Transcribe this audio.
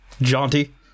Jaunty